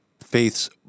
faiths